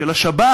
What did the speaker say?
של השבת,